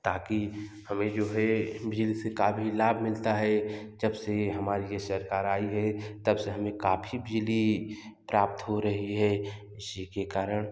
ताकि हमें जो है बिजली से काफ़ी लाभ मिलता है जब से हमारे यहाँ सरकार आई है तब से हमे काफ़ी बिजली प्राप्त हो रही है उसी के कारण